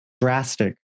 drastic